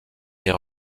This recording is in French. est